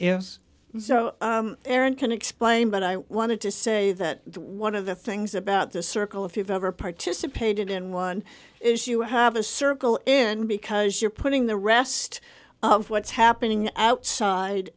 is so aaron can explain but i wanted to say that one of the things about this circle if you've ever participated in one is you have a circle in because you're putting the rest of what's happening outside